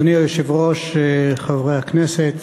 אדוני היושב-ראש, חברי הכנסת,